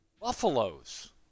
buffaloes